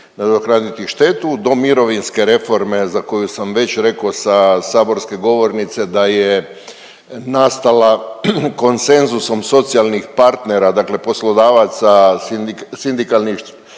nadoknaditi štetu, do mirovinske reforme za koju sam već rekao sa saborske govornice da je nastala konsenzusom socijalnih partnera, dakle poslodavaca, sindikalnih